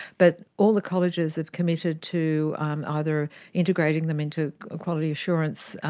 but all the colleges have committed to either integrating them into quality assurance,